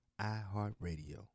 iHeartRadio